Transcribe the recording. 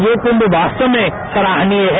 ये कुंभ वास्तव में सराहनीय है